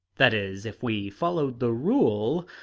that is, if we followed the rule.